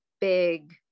big